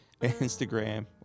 Instagram